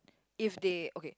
if they okay